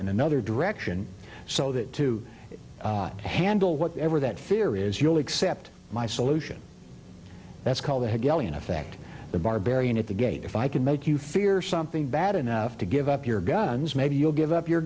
in another direction so that to handle whatever that fear is you'll accept my solution that's called the galleon effect the barbarian at the gate if i can make you fear something bad enough to give up your guns maybe you'll give up your